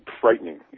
frightening